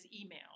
email